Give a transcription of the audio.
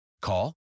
Call